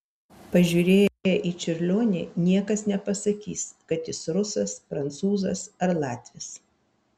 pažiūrėję į čiurlionį niekas nepasakys kad jis rusas prancūzas ar latvis